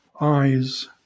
eyes